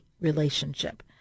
relationship